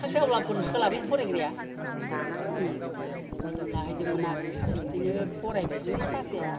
साख्रि आवलाफोर सोलाबै फरायग्राया अफेन ओम बिदियाव बिदियाव लाहैदोंमोन आरो आमफ्राय बिदिनो फरायबाय माने साख्रिया